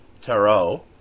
tarot